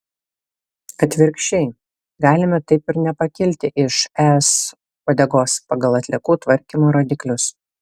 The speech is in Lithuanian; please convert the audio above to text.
atvirkščiai galime taip ir nepakilti iš es uodegos pagal atliekų tvarkymo rodiklius